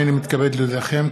הינני מתכבד להודיעכם,